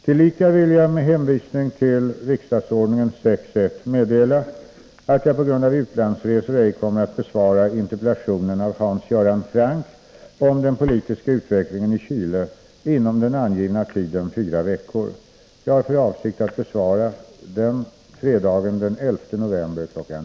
Tillika vill jag med hänvisning till riksdagsordningen 6 kap. 1 § meddela att jag på grund av utlandsresor ej kommer att besvara interpellationen av Hans Göran Franck om den politiska utvecklingen i Chile inom den angivna tiden fyra veckor. Jag har för avsikt att besvara interpellationen fredagen den 11 november kl.